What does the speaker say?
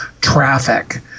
traffic